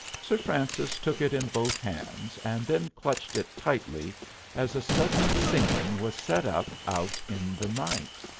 sir francis took it in both hands, and then clutched it tightly as a sudden singing was set up out in the night.